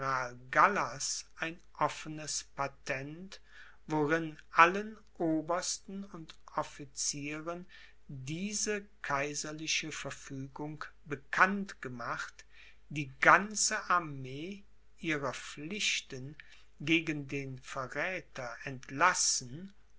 ein offenes patent worin allen obersten und officieren diese kaiserliche verfügung bekannt gemacht die ganze armee ihrer pflichten gegen den verräther entlassen